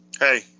Hey